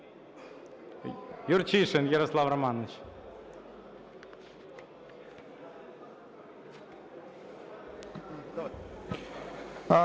Юрчишин Ярослав Романович.